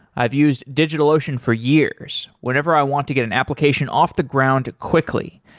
i've used digitalocean for years whenever i want to get an application off the ground quickly,